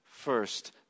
First